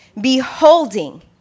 beholding